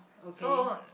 so